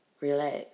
Relax